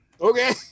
Okay